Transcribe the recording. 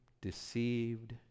deceived